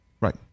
Right